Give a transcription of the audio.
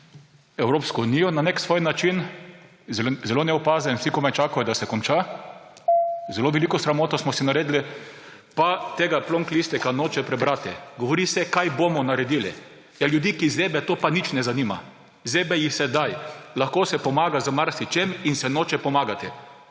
Evropsko unijo na nek svoj način – zelo neopazen, vsi komaj čakajo, da se konča, zelo veliko sramoto smo si naredili –, pa tega plonk listka noče prebrati. Govori se, kaj bomo naredili. Ja, ljudi, ki zebe, to pa nič ne zanima! Zebe jih sedaj! Lahko se pomaga z marsičem in se noče pomagati!